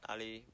Ali